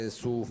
su